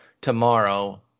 tomorrow